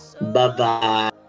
Bye-bye